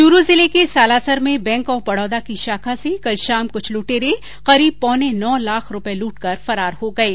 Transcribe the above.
चुरू जिले के सालासर में बैंक ऑफ बड़ौदा की शाखा से कल शाम कुछ लुटेरे करीब पौने नौ लाख रुपये लृटकर फरार हो गये